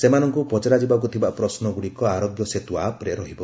ସେମାନଙ୍କୁ ପଚରାଯିବାକୁ ଥିବା ପ୍ରଶ୍ୱଗୁଡ଼ିକ ଆରୋଗ୍ୟ ସେତ୍ ଆପ୍ରେ ରହିବ